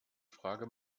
frage